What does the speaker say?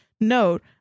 Note